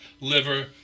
liver